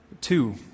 Two